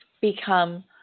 become